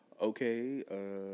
okay